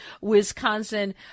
Wisconsin